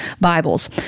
Bibles